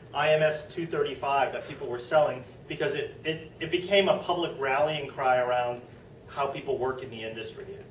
i m s two three five. that people were selling because it it became a public rallying cry around how people work in the industry.